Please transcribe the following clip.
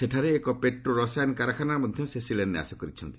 ସେଠାରେ ଏକ ପେଟ୍ଟୋ ରସାୟନ କାରଖାନାର ମଧ୍ୟ ସେ ଶିଳାନ୍ୟାସ କରିଛନ୍ତି